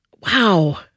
Wow